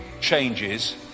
changes